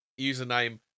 username